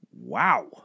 Wow